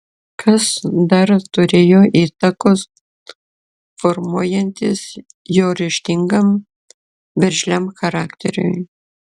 kas dar turėjo įtakos formuojantis jo ryžtingam veržliam charakteriui